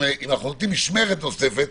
אם אנחנו נותנים משמרת נוספת,